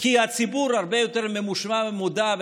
כי הציבור הרבה יותר ממושמע ומודע,